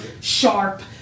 sharp